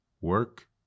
work